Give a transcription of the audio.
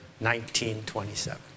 1927